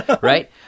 right